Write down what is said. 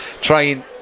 trying